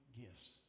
gifts